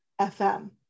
FM